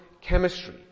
chemistry